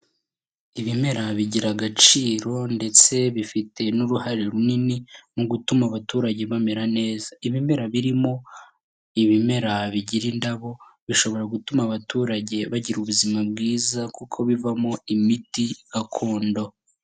Ibimera bigira agaciro ndetse bifite n'uruhare runini mu gutuma abaturage bamera neza, ibimera birimo ibimera bigira indabo bishobora gutuma abaturage bagira ubuzima bwiza kuko bivamo imiti gakondo.